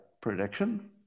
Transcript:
prediction